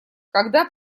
когда